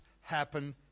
happen